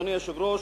אדוני היושב-ראש,